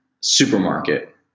supermarket